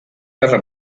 guerra